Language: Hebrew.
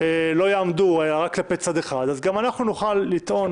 לא יעמדו אלא רק כלפי צד אחד, גם אנחנו נוכל לטעון